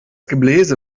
gebläse